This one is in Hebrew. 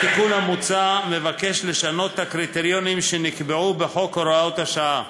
התיקון המוצע מבקש לשנות את הקריטריונים שנקבעו בחוק הוראת השעה.